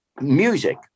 music